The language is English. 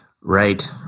Right